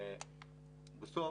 בסוף